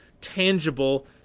tangible